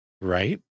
right